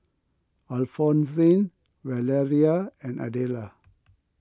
Alphonsine Valeria and Adela